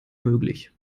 möglich